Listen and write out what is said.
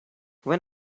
when